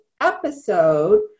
episode